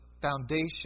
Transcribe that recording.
foundation